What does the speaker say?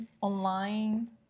online